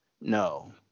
no